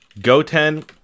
Goten